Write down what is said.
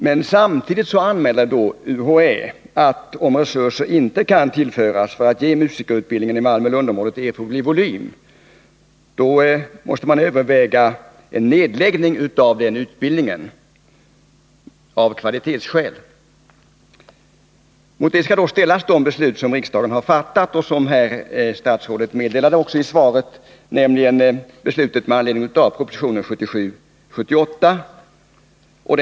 Men samtidigt anmäler UHÄ att om resurser inte kan tillföras för att ge musikerutbildningen i Malmö-Lund-området erforderlig volym, måste en nedläggning av denna utbildning övervägas av kvalitetsskäl. Mot detta skall ställas det beslut som riksdagen har fattat och som statsrådet hänvisade till i svaret, nämligen beslutet med anledning av proposition 1977/78:14.